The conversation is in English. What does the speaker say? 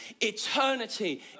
eternity